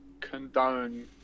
condone